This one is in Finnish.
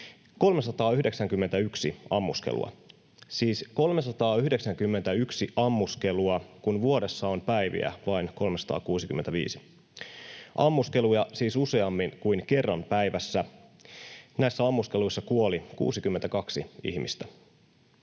391 ammuskelua, siis 391 ammuskelua, kun vuodessa on päiviä vain 365 — ammuskeluja siis useammin kuin kerran päivässä. Näissä ammuskeluissa kuoli 62 ihmistä,